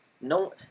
No